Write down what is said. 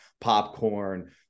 popcorn